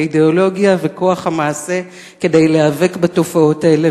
האידיאולוגיה וכוח המעשה כדי להיאבק בתופעות האלה